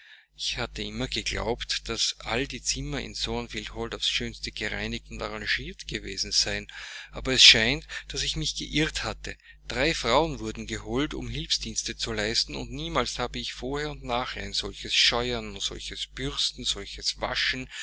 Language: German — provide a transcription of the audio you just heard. ich hatte immer geglaubt daß all die zimmer in thornfield hall aufs schönste gereinigt und arrangiert gewesen seien aber es scheint daß ich mich geirrt hatte drei frauen wurden geholt um hilfsdienste zu leisten und niemals habe ich vorher und nachher ein solches scheuern solches bürsten solches waschen